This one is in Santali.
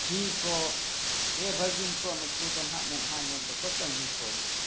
ᱡᱷᱤ ᱠᱚ ᱫᱮᱣ ᱵᱷᱟᱹᱜᱤᱱ ᱠᱚ ᱱᱩᱠᱩ ᱫᱚ ᱱᱟᱜ ᱢᱮᱫᱦᱟ ᱧᱮᱞ ᱫᱚᱠᱚ ᱛᱟᱺᱜᱤ ᱠᱚᱜᱮᱭᱟ